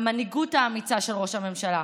המנהיגות האמיצה של ראש הממשלה,